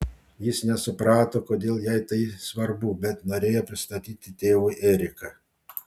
jis nesuprato kodėl jai tai svarbu bet norėjo pristatyti tėvui eriką